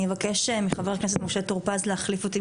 אני אבקש מחבר הכנסת משה טור פז להחליף אותי